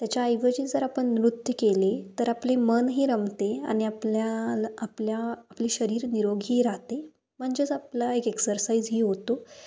त्याच्या ऐवजी जर आपण नृत्य केले तर आपले मनही रमते आणि आपल्याला आपल्या आपली शरीर निरोगीही राहते म्हणजेच आपला एक एक्सरसाईजही होतो